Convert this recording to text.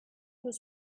was